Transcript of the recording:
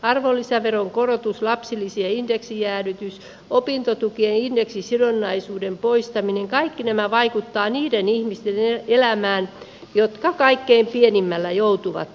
arvonlisäveron korotus lapsilisien indeksin jäädytys opintotukien indeksisidonnaisuuden poistaminen kaikki nämä vaikuttavat niiden ihmisten elämään jotka kaikkein pienimmällä joutuvat tulemaan toimeen